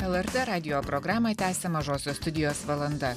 lrt radijo programoje tęsia mažosios studijos valanda